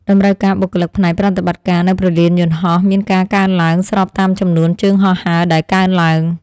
តម្រូវការបុគ្គលិកផ្នែកប្រតិបត្តិការនៅព្រលានយន្តហោះមានការកើនឡើងស្របតាមចំនួនជើងហោះហើរដែលកើនឡើង។